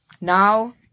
Now